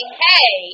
hey